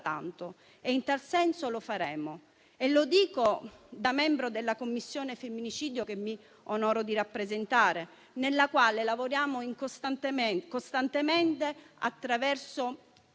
ancora tanto e lo faremo. Lo dico da membro della Commissione sul femminicidio, che mi onoro di rappresentare, nella quale lavoriamo costantemente attraverso